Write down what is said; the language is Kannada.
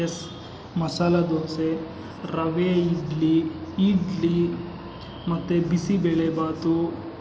ಎಸ್ ಮಸಾಲ ದೋಸೆ ರವೇ ಇಡ್ಲಿ ಇಡ್ಲಿ ಮತ್ತು ಬಿಸಿಬೇಳೆ ಭಾತು